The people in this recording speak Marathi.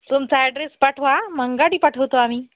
तुमचा ॲड्रेस पाठवा मग गाडी पाठवतो आम्ही